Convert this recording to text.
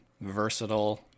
versatile